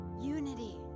Unity